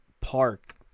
Park